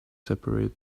separated